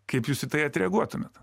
kaip jūs į tai atreaguotumėt